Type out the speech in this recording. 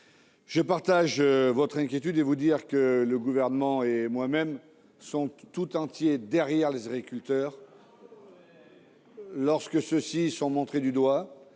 je partage votre inquiétude. Je souhaite vous dire que le Gouvernement est tout entier derrière les agriculteurs lorsque ceux-ci sont montrés du doigt,